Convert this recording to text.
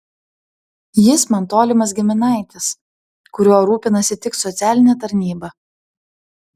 jis man tolimas giminaitis kuriuo rūpinasi tik socialinė tarnyba